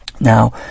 Now